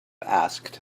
asked